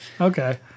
okay